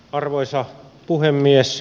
arvoisa puhemies